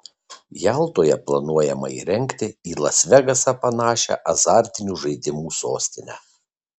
jaltoje planuojama įrengti į las vegasą panašią azartinių žaidimų sostinę